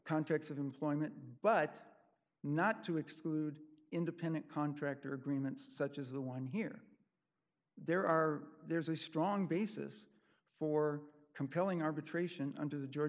contracts of employment but not to exclude independent contractor agreements such as the one here there are there's a strong basis for compelling arbitration under the georg